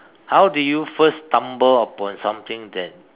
how did you first stumble upon something that